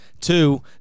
Two